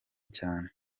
cyane